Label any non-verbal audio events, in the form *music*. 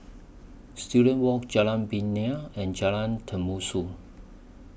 Student Walk Jalan Binja and Jalan *unintelligible*